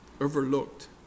overlooked